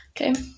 Okay